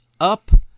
up